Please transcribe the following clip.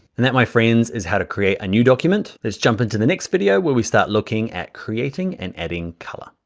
and that my friends is how to create a new document, let's jump in to the next video where we start looking at creating and adding color.